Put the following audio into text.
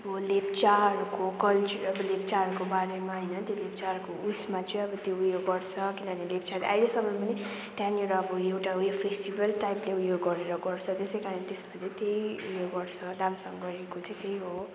अब लेप्चाहरूको कल्चर अब लेप्चाहरूको बारेमा होइन त्यो लेप्चाहरूको उइसमा चाहिँ अब त्यो उयो गर्छ किनभने लेप्चाहरूले अहिलेसम्म पनि त्यहाँनिर अब एउटा उयो फेस्टिबल टाइपले उयो गरेर गर्छ त्यसै कारण त्यसको चाहिँ त्यही उयो गर्छ दामसाङगढीको चाहिँ त्यही हो